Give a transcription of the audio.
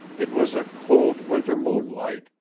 it was a cold winter moonlight,